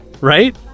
right